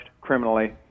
criminally